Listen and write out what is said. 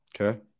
Okay